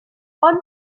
ond